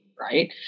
right